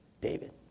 David